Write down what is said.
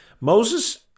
Moses